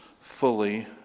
fully